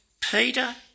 Peter